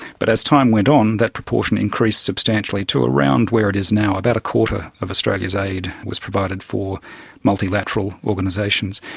but as time went on that proportion increased substantially to around where it is now, about a quarter of australia's aid was provided for multilateral organisations.